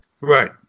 Right